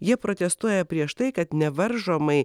jie protestuoja prieš tai kad nevaržomai